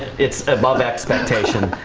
it's above expectation.